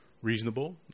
Reasonable